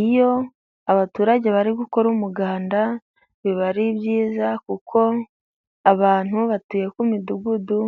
Iyo abaturage bari gukora umuganda, biba ari byiza, kuko abantu batuye ku midugudu,